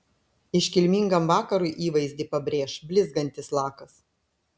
iškilmingam vakarui įvaizdį pabrėš blizgantis lakas